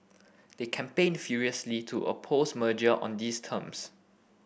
they campaigned furiously to oppose merger on these terms